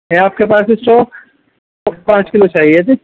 ہے آپ کے پاس اسٹوک پانچ کلو چاہیے تھے